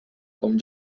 com